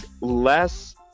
less